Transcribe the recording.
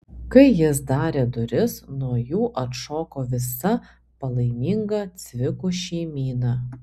kai jis darė duris nuo jų atšoko visa palaiminga cvikų šeimyna